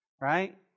Right